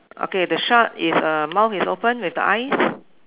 okay the shark is uh mouth is open with the eyes